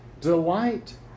Delight